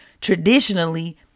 traditionally